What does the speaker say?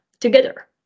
together